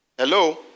Hello